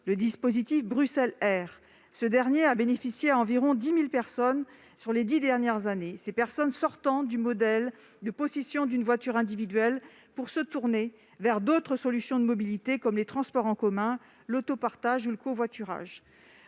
la prime Bruxell'Air, qui a bénéficié à environ 10 000 personnes lors des dix dernières années. Ces personnes sont sorties du modèle de possession d'une voiture individuelle pour se tourner vers d'autres solutions de mobilité, comme les transports en commun, l'autopartage ou le covoiturage.